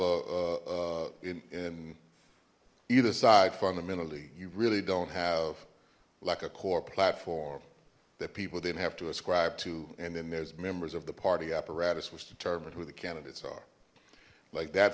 a in either side fundamentally you really don't have like a core platform that people didn't have to ascribe to and then there's members of the party apparatus which determined who the candidates are like that